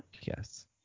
yes